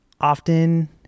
often